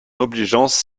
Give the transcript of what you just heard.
obligeance